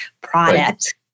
product